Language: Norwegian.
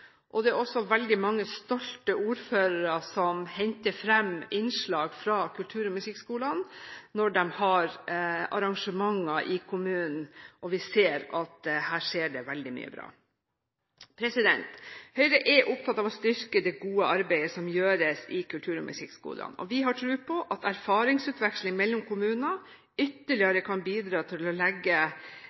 igangsatt. Det er også veldig mange stolte ordførere som henter fram innslag fra musikk- og kulturskolene når de har arrangementer i kommunen. Vi ser at her skjer det veldig mye bra. Høyre er opptatt av å styrke det gode arbeidet som gjøres i musikk- og kulturskolene, og vi har tro på at erfaringsutveksling mellom kommunene ytterligere kan bidra til å legge